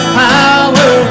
power